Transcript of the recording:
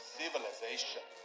civilization